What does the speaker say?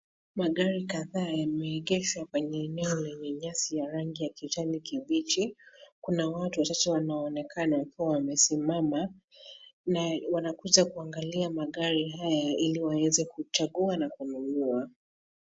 Magari kadhaa yameegeshwa kwenye eneo lenye nyasi ya rangi kijani kibichi. Kuna watu watatu wanaonekana kuwa wamesimama, na wanakuja kuangalia magari haya ili waweze kuchagua na kununua.